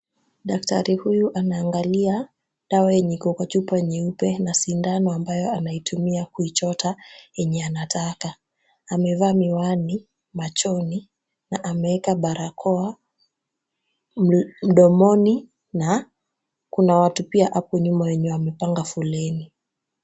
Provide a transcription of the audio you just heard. Daktari huyu anaangalia dawa yenye iko kwa chupa nyeupe na sindano ambayo anaitumia kuichota yenye anataka. Amevaa miwani machoni na ameweka barakoa mdomoni na kuna watu pia hapo nyuma wenye wamepanga foleni.